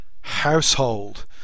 household